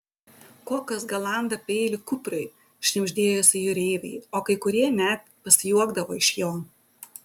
kokas galanda peilį kupriui šnibždėjosi jūreiviai o kai kurie net pasijuokdavo iš jo